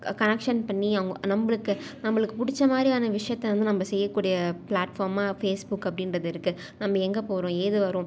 connection பண்ணி அவங்க நம்மளுக்கு நம்மளுக்கு பிடிச்ச மாதிரியான விஷயத்த வந்து நம்ம செய்யக்கூடிய பிளாட்ஃபார்மாக ஃபேஸ்புக் அப்படின்றது இருக்குது நம்ம எங்கே போகிறோம் ஏது வரோம்